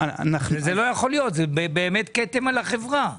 זה באמת כתם על החברה.